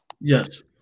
Yes